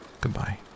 Goodbye